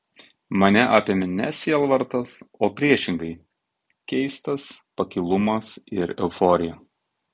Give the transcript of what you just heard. mane apėmė ne sielvartas o priešingai keistas pakilumas ir euforija